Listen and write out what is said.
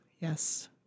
Yes